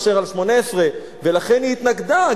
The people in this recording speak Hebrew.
מאשר על 18. ולכן היא התנגדה,